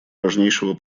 важнейшего